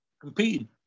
competing